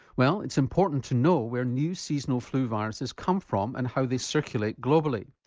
well, it's important to know where new seasonal flu viruses come from and how they circulate globally.